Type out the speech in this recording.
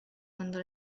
quando